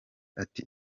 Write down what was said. ati